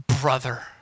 brother